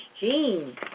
gene